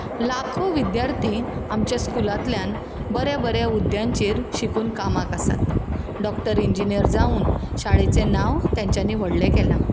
लाखो विद्यार्थी आमच्या स्कुलांतल्यान बऱ्या बऱ्या हुद्यांचेर शिकून कामाक आसात डॉक्टर इंजिनियर जावन शाळेचें नांव तेंच्यांनी व्हडलें केलां